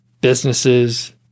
businesses